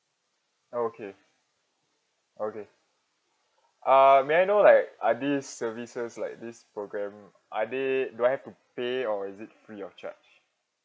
okay okay uh may I know like are these services like this program are they do I have to pay or is it free of charge